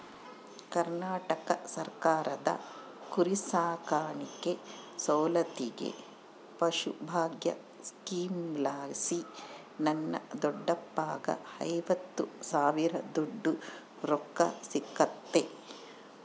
ಕರ್ನಾಟಕ ಸರ್ಕಾರದ ಕುರಿಸಾಕಾಣಿಕೆ ಸೌಲತ್ತಿಗೆ ಪಶುಭಾಗ್ಯ ಸ್ಕೀಮಲಾಸಿ ನನ್ನ ದೊಡ್ಡಪ್ಪಗ್ಗ ಐವತ್ತು ಸಾವಿರದೋಟು ರೊಕ್ಕ ಸಿಕ್ಕತೆ